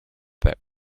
that